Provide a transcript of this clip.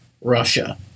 Russia